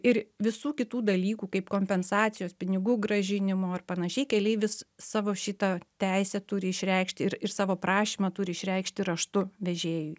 ir visų kitų dalykų kaip kompensacijos pinigų grąžinimo ir panašiai keleivis savo šitą teisę turi išreikšti ir ir savo prašymą turi išreikšti raštu vežėjui